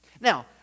Now